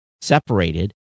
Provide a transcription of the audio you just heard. separated